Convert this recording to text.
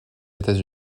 états